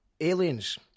Aliens